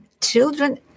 children